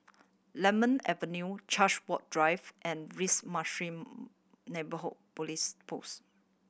Lemon Avenue Chartwell Drive and Neighbourhood Police Post